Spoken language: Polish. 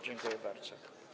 Dziękuję bardzo.